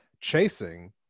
chasing